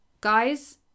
guys